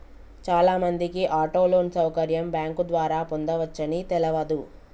చాలామందికి auto loan సౌకర్యం bank ద్వారా పొందవచ్చని తెలవదు